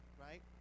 right